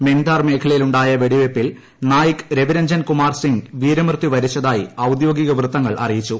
മെൻതാർ മേഖലയിലുായ വെടിവെയ്പ്പിൽ നായിക് രവിരഞ്ജൻ കുമാർസിംഗ് വീരമൃത്യു വരിച്ചതായി ് ഔദ്യോഗിക വൃത്തങ്ങൾ അറിയിച്ചു